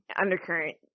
undercurrent